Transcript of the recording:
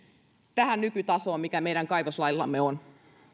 tähän nykytasoon millä meidän kaivoslakimme on